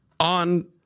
On